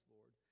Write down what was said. Lord